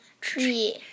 Tree